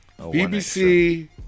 bbc